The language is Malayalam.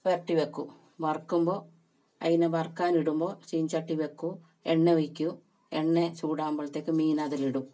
പുരട്ടി വയ്ക്കും വറക്കുമ്പോൾ അതിനെ വറക്കാൻ ഇടുമ്പോൾ ചീന ചട്ടി വയ്ക്കും എണ്ണ ഒഴിക്കും എണ്ണ ചൂടാകുമ്പോഴത്തേക്ക് മീൻ അതിലിടും